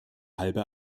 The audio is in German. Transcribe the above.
halbe